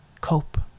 cope